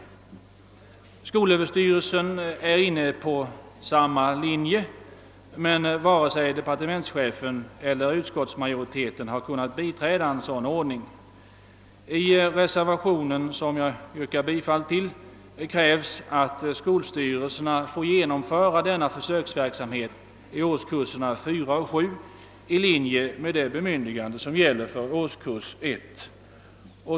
Skolöverstyrelsen är inne på denna linje, men varken departementschefen eller utskottsmajoriteten har kunnat biträda en sådan ordning. I den reservation som jag yrkar bifall till krävs att skolstyrelserna får genomföra denna försöksverksamhet i årskurserna 4 och 7 i linje med det bemyndigande som gäller för årskurs 1.